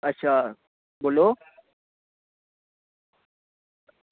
अच्छा बोल्लो